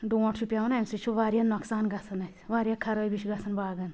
ڈونٛٹھ چھُ پیٚوان اَمہ سٕتۍ چھُ واریاہ نۄقصان گَژھان اسہِ واریاہ خَرٲبی چھِ گَژھان باغن